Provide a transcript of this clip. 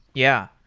yeah,